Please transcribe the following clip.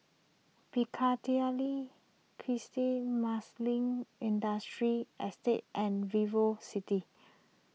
Piccadilly cresting Marsiling Industrial Estate and VivoCity